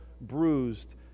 bruised